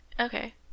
Okay